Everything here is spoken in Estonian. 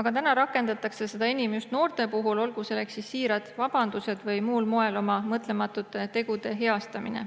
aga nüüd rakendatakse seda enim just noorte puhul, olgu selleks siis siirad vabandused või muul moel oma mõtlematute tegude heastamine.